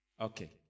Okay